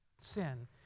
sin